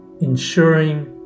ensuring